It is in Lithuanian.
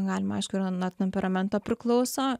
galima aišku yra nuo temperamento priklauso